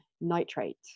nitrate